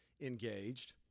engaged